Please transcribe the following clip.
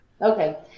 Okay